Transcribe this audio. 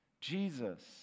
Jesus